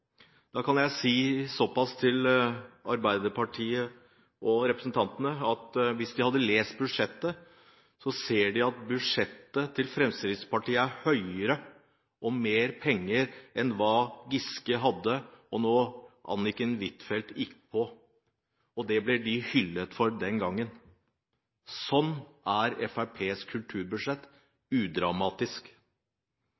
Da kan jeg si til Arbeiderpartiet og representantene at hvis de hadde lest budsjettet, hadde de sett at budsjettet til Fremskrittspartiet er høyere og med mer penger enn hva Giske hadde og Anniken Huitfeldt hadde da hun gikk på. Og det ble de hyllet for den gangen. Sånn er Fremskrittspartiets kulturbudsjett: